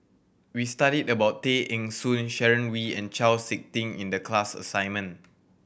we studied about Tay Eng Soon Sharon Wee and Chau Sik Ting in the class assignment